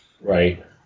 Right